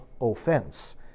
offense